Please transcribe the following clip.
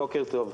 בוקר טוב.